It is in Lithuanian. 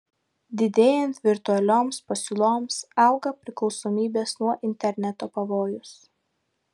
didėjant virtualioms pasiūloms auga priklausomybės nuo interneto pavojus